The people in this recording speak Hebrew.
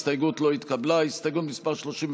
ההסתייגות (38) של קבוצת סיעת יש